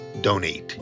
donate